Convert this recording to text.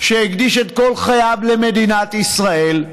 שהקדיש את כל חייו למדינת ישראל,